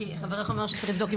כי חברך אומר שצריך לבדוק.